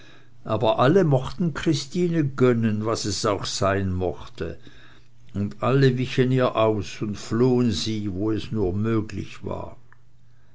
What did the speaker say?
aber alle mochten christine gönnen was es auch sein mochte und alle wichen ihr aus und flohen sie wo es nur möglich war